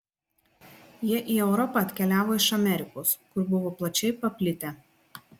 jie į europą atkeliavo iš amerikos kur buvo plačiai paplitę